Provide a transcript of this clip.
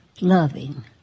loving